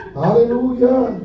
hallelujah